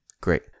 Great